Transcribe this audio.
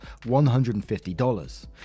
$150